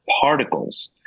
particles